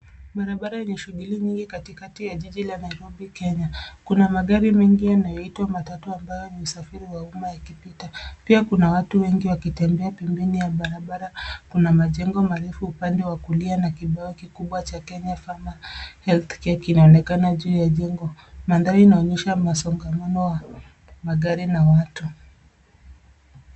Barabara yenye shughuli nyingi katikati ya jiji la Nairobi, Kenya. Kuna magari mengi yanayoitwa matatu ambayo ni usafiri wa umma yakipita. Pia kuna watu wengi wakitembea pembeni ya barabara. Kuna majengo marefu upande wa kulia na kibao kikubwa cha Kenya Farmer Health Care kinaonekana juu ya jengo. Mandhari inaonyesha msongamano wa magari na watu.